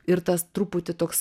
ir tas truputį toks